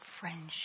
friendship